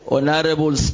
Honorable